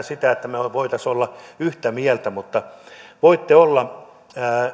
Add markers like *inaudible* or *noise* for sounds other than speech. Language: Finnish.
*unintelligible* sitä että me voisimme olla yhtä mieltä mutta voitte olla